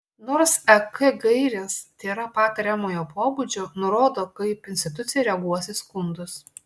nors ek gairės tėra patariamojo pobūdžio nurodo kaip institucija reaguos į skundus